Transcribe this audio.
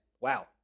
Wow